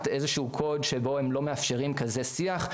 איזשהו קוד שבו הם לא מאפשרים כזה שיח,